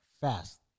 fast